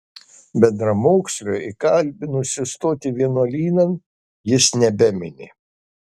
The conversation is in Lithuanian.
bendramokslio įkalbinusio stoti vienuolynan jis nebemini